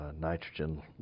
nitrogen